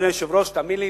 אדוני היושב-ראש: תאמין לי,